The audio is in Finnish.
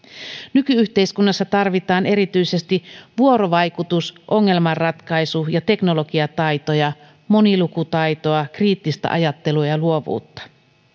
nyky yhteiskunnassa tarvitaan erityisesti vuorovaikutus ongelmanratkaisu ja teknologiataitoja monilukutaitoa kriittistä ajattelua ja luovuutta